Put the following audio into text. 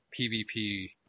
PvP